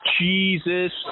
Jesus